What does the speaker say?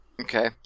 Okay